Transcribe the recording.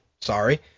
Sorry